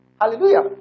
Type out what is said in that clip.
Hallelujah